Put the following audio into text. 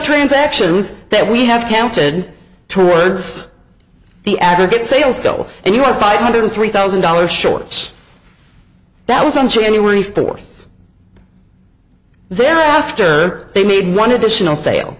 transactions that we have counted towards the aggregate sales goal and you are five hundred three thousand dollars short that was on january fourth thereafter they made one additional sale